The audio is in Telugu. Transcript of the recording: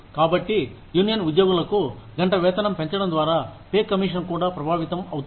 కాబట్టి యూనియన్ ఉద్యోగులకు గంట వేతనం పెంచడం ద్వారా పే కమిషన్ కూడా ప్రభావితం అవుతుంది